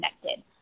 connected